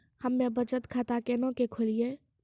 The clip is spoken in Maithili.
हम्मे बचत खाता केना के खोलियै?